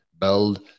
build